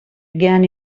gun